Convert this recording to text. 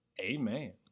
Amen